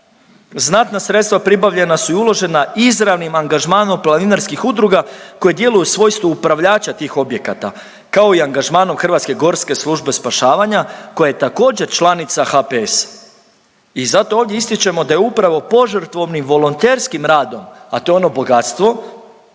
Znatna sredstva pribavljena su i uložena izravnim angažmanom planinarskih udruga koje djeluju u svojstvu upravljača tih objekata kao i angažmanom Hrvatske gorske službe spašavanja koja je također članica HPS-a. I zato ovdje ističemo da je upravo požrtvovnim, volonterskim radom, a to je ono bogatstvo